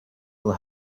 will